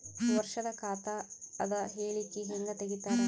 ವರ್ಷದ ಖಾತ ಅದ ಹೇಳಿಕಿ ಹೆಂಗ ತೆಗಿತಾರ?